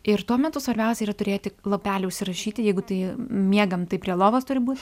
ir tuo metu svarbiausia yra turėti lapelį užsirašyti jeigu tai miegam tai prie lovos turi būt